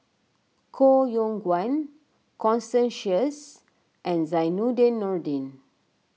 Koh Yong Guan Constance Sheares and Zainudin Nordin